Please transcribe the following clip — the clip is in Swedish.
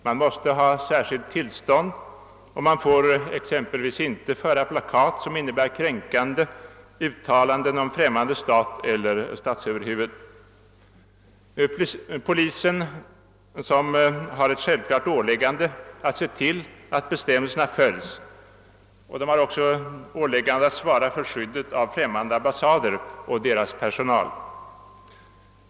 Man måste ha särskilt tillstånd, och man får exempelvis inte bära plakat som innebär kränkande uttalanden om främmande stat eller statsöverhuvud. Polisen har som självklart åliggande att se till att bestämmelserna följes och att svara för skyddet av främmande ambassader och deras personal.